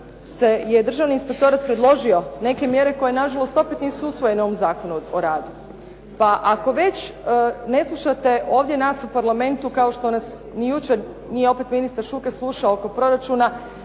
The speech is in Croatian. je državni inspektorat predložio neke mjere koje nažalost opet nisu usvojene u ovom Zakonu o radu. Pa ako već ne slušate ovdje nas u parlamentu kao što nas ni jučer nije opet ministar Šuker slušao oko proračuna